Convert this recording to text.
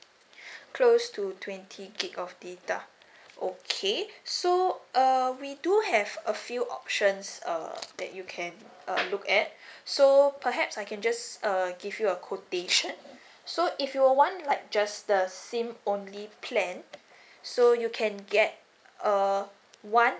close to twenty G_B of data okay so err we do have a few options err that you can uh look at so perhaps I can just err give you a quotation so if you want like just the SIM only plan so you can get err one